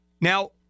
Now